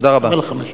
תודה רבה.